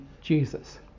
Jesus